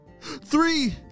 Three